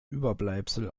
überbleibsel